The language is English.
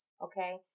Okay